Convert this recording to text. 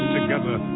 together